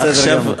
בסדר גמור.